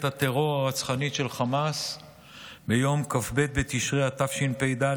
הטרור הרצחנית של חמאס ביום כ"ב בתשרי התשפ"ד,